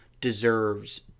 deserves